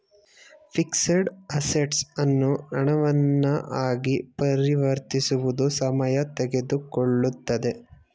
fixed assets ಅನ್ನು ಹಣವನ್ನ ಆಗಿ ಪರಿವರ್ತಿಸುವುದು ಸಮಯ ತೆಗೆದುಕೊಳ್ಳುತ್ತದೆ